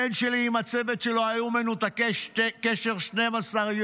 הבן שלי והצוות שלו היו מנותקי קשר 12 יום.